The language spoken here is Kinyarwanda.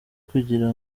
kugira